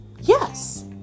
Yes